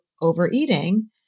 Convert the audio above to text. overeating